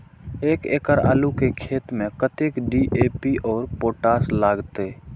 एक एकड़ आलू के खेत में कतेक डी.ए.पी और पोटाश लागते?